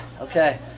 okay